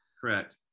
correct